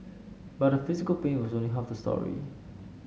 but the physical pain was only half the story